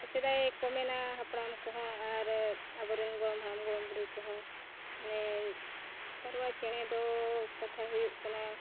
ᱥᱮᱫᱟᱭ ᱠᱚ ᱢᱮᱱᱟ ᱦᱟᱯᱲᱟᱢ ᱠᱚᱦᱚᱸ ᱟᱨ ᱟᱵᱚᱨᱮᱱ ᱜᱚᱲᱚᱢ ᱦᱟᱲᱟᱢ ᱜᱚᱲᱚᱢ ᱵᱩᱰᱷᱤ ᱠᱚᱦᱚᱸ ᱢᱟᱱᱮ ᱯᱟᱣᱨᱟ ᱪᱮᱬᱮ ᱫᱚ ᱠᱟᱛᱷᱟ ᱦᱩᱭᱩᱜ ᱠᱟᱱᱟ